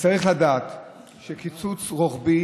וצריך לדעת שקיצוץ רוחבי